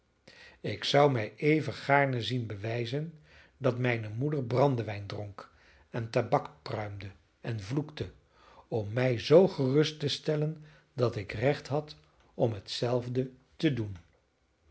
ik zou mij even gaarne zien bewijzen dat mijne moeder brandewijn dronk en tabak pruimde en vloekte om mij zoo gerust te stellen dat ik recht had om hetzelfde te doen